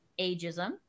ageism